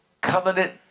covenant